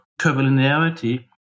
curvilinearity